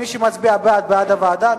מי שמצביע בעד, בעד הוועדה.